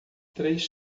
três